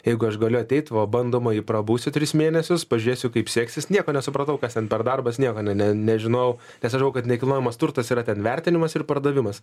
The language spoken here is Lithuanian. jeigu aš galiu ateit va bandomąjį prabūsiu tris mėnesius pažiūrėsiu kaip seksis nieko nesupratau kas ten per darbas neiko ne ne nežinojau nes aš galvojau kad nekilnojamas turtas yra ten vertinimas ir pardavimas